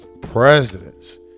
presidents